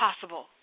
possible